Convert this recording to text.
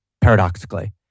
paradoxically